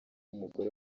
umugore